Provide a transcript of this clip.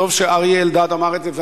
טוב שאריה אלדד אמר את זה,